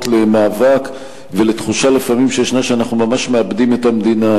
למאבק ולתחושה שישנה לפעמים שאנחנו ממש מאבדים את המדינה,